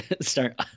start